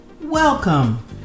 Welcome